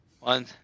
One